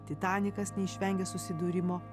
titanikas neišvengė susidūrimo